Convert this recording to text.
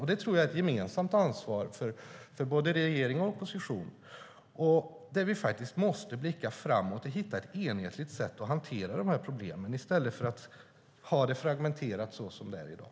Det tror jag är ett gemensamt ansvar för regering och opposition. Vi måste blicka framåt och hitta ett enhetligt sätt att hantera dessa problem i stället för att ha det fragmenterat som det är i dag.